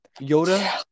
Yoda